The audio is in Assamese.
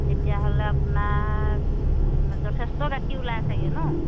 তেতিয়াহ'লে আপোনাৰ যথেষ্ট গাখীৰ ওলাই চাগে নহ্